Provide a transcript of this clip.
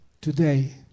today